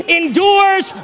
endures